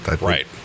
Right